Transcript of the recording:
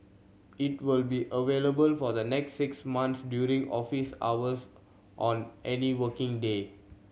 it will be available for the next six months during office hours on any working day